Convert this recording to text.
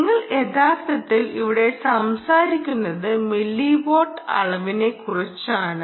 നിങ്ങൾ യഥാർത്ഥത്തിൽ ഇവിടെ സംസാരിക്കുന്നത് മില്ലിവാട്ട് അളവിനെക്കുറിച്ചാണ്